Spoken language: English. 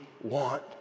want